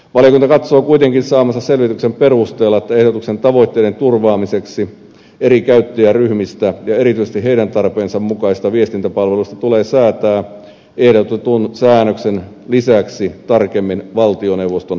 valiokunta katsoo kuitenkin saamansa selvityksen perusteella että ehdotuksen tavoitteiden turvaamiseksi eri käyttäjäryhmistä ja erityisesti heidän tarpeensa mukaisista viestintäpalveluista tulee säätää ehdotetun säännöksen lisäksi tarkemmin valtioneuvoston asetuksella